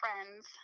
friends